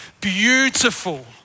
beautiful